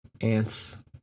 Ants